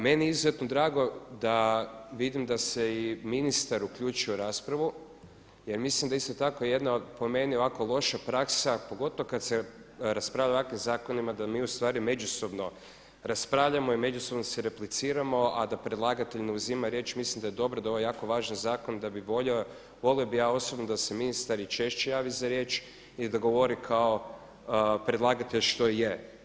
Meni je izuzetno drago da, vidim da se i ministar uključio u raspravu jer mislim da isto tako jedna po meni ovako loša praksa a pogotovo kada se raspravlja o ovakvim zakonima da mi ustvari međusobno raspravljamo i međusobno se repliciramo a da predlagatelj ne uzima riječ, mislim da je dobro da ovaj jako važan zakon da bi volio, volio bih ja osobno da se ministar i češće javi za riječ i da govori kao predlagatelj što i je.